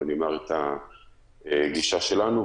אבל אומר את הגישה שלנו,